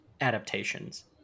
adaptations